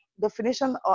definition